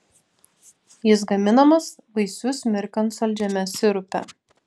jis gaminamas vaisius mirkant saldžiame sirupe